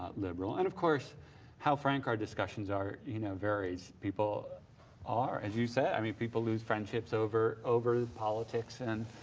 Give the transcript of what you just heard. liberal. and of course how frank our discussions are, you know, varies. people are, as you said, i mean people lose friendships over over politics and